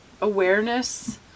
awareness